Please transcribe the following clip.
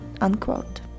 unquote